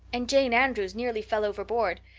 and jane andrews nearly fell overboard.